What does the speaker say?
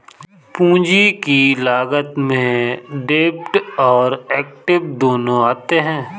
पूंजी की लागत में डेब्ट और एक्विट दोनों आते हैं